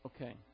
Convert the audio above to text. Okay